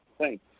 Thanks